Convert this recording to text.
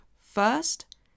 first